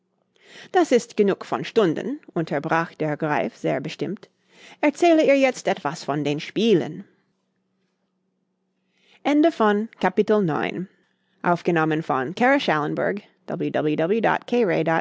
das ist genug von stunden unterbrach der greif sehr bestimmt erzähle ihr jetzt etwas von den spielen